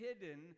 hidden